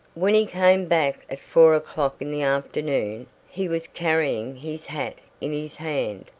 when he came back at four o'clock in the afternoon he was carrying his hat in his hand,